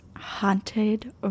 haunted